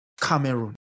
Cameroon